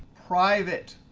private,